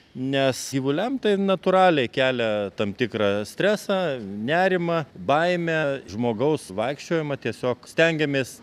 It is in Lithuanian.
nes gyvuliams tai natūraliai kelia tam tikrą stresą nerimą baimę žmogaus vaikščiojimą tiesiog stengiamės